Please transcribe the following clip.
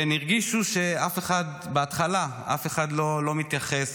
הן הרגישו בהתחלה שאף אחד לא מתייחס,